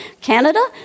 Canada